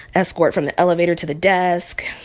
escorted from the elevator to the desk.